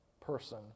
person